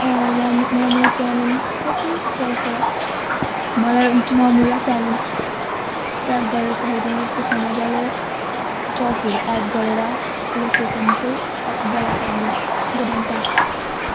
म मम चाउमिन कति पर्छ मलाई मम र चाउमिन प्याक गरेर पठाइदिनु होस् त्यसमा मजाले ससहरू एड गरेर लोकेसन चाहिँ अप्पर बडाफागु गोदामटार